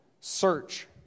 search